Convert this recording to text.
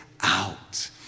out